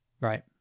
Right